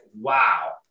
wow